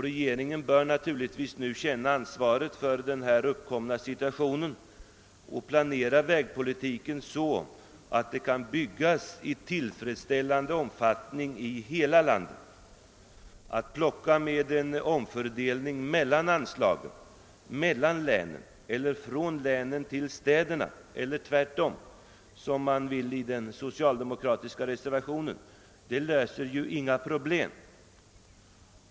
Regeringen bör naturligtvis känna ansvaret för den uppkomna situationen och planera vägpolitiken så att det kan byggas i tillfredsställande omfattning i hela landet. Att försöka göra en omfördelning mellan länen eller från länen till städerna eller tvärtom, som föreslås i den socialdemokratiska reservationen, löser ju inga problem.